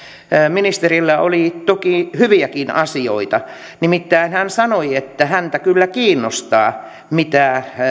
ministerillä oli toki hyviäkin asioita nimittäin hän sanoi että häntä kyllä kiinnostaa mitä